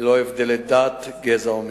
ללא הבדלי דת, גזע או מין.